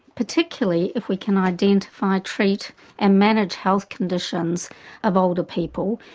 particularly if we can identify, treat and manage health conditions of older people,